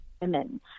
women